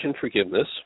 forgiveness